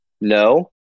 no